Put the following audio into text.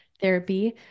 therapy